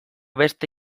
beste